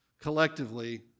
collectively